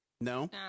No